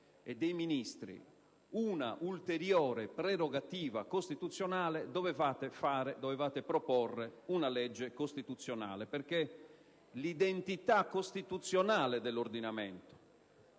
dei ministri una ulteriore prerogativa costituzionale dovevate proporre una legge costituzionale. Infatti, l'identità costituzionale dell'ordinamento,